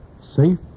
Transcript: Safe